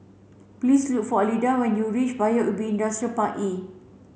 please look for Elida when you reach Paya Ubi Industrial Park E